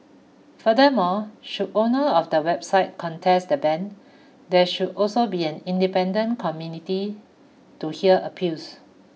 furthermore should owner of the website contest the ban there should also be an independent to hear appeals